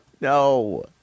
No